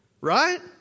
Right